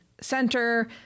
center